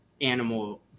animal